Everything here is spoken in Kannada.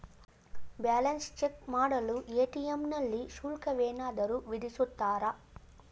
ಬ್ಯಾಲೆನ್ಸ್ ಚೆಕ್ ಮಾಡಲು ಎ.ಟಿ.ಎಂ ನಲ್ಲಿ ಶುಲ್ಕವೇನಾದರೂ ವಿಧಿಸುತ್ತಾರಾ?